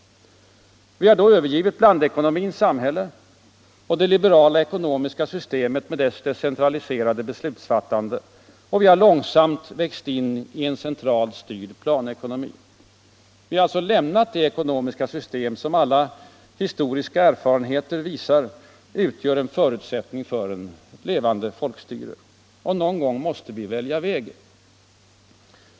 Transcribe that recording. Vi har då övergivit blandekonomins samhälle och det liberala ekonomiska systemet med dess decentraliserade beslutsfattande, och vi har långsamt växt in i en centralt styrd planekonomi. Vi har alltså lämnat det ekonomiska system som — det visar alla historiska erfarenheter — utgör en förutsättning för ett levande folkstyre. Någon gång måste vi välja väg.